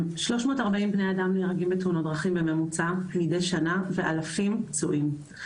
340 בני אדם נהרגים בתאונות דרכים בשנה בממוצע מידי שנה ואלפים פצועים.